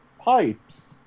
pipes